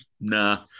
Nah